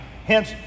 Hence